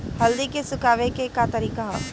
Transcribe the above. हल्दी के सुखावे के का तरीका ह?